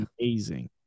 amazing